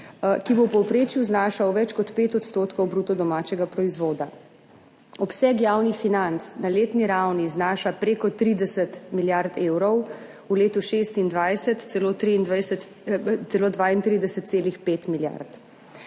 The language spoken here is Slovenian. ki bo v povprečju znašal več kot 5 % bruto domačega proizvoda. Obseg javnih financ na letni ravni znaša preko 30 milijard evrov, v letu 2026 celo